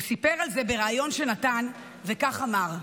הוא סיפר על זה בריאיון שנתן, וכך אמר: